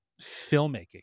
filmmaking